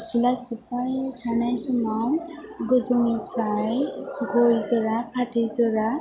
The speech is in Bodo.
सिला सिबबाय थानाय समाव गोजौनिफ्राय गय जरा फाथै जरा